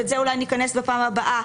ולזה אולי ניכנס בפעם הבאה,